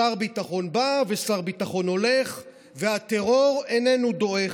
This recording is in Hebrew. שר ביטחון בא ושר ביטחון הולך והטרור איננו דועך.